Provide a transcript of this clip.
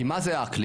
כי מה זה האקלים?